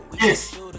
Yes